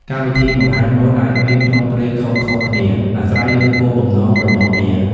កម្មវិធីបង្ហាញម៉ូដអាចមានទ្រង់ទ្រាយខុសៗគ្នា អាស្រ័យលើគោលបំណងរបស់វា។